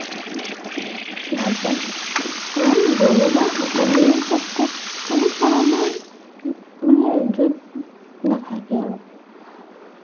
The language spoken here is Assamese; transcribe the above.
বেছি ভাল পাওঁ কাৰণ গৰু বা ছাগলীৰ ক্ষেত্ৰত কোনো ধৰণৰ মোৰ মানে য'ত নাথাকে আৰু